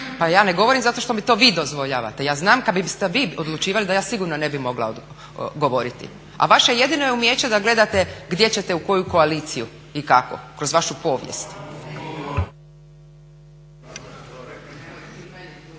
Pa ja ne govorim zato što mi vi dozvoljavate. Ja znam kad biste vi odlučivali da ja sigurno ne bi mogla govoriti, a vaše jedino umijeće je da gledate gdje ćete u koju koaliciju i kako kroz vašu povijest.